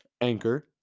Anchor